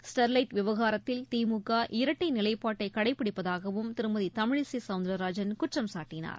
Sterlite விவகாரத்தில் திமுக இரட்டை நிலைப்பாட்டை கடைபிடிப்பதாகவும் திருமதி தமிழிசை சவுந்தரராஜன் குற்றம் சாட்டினார்